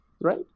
right